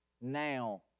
now